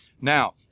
Now